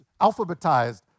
alphabetized